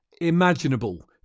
imaginable